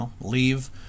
leave